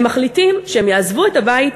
הם מחליטים שהם יעזבו את הבית,